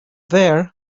there